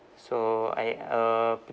so I uh